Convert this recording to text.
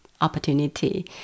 opportunity